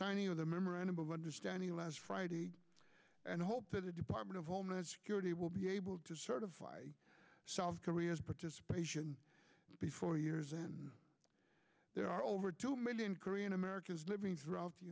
signing of the memorandum of understanding last friday and hope that the department of homeland security will be able to certify south korea's participation before yours and there are over two million korean americans living throughout the